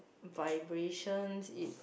vibrations it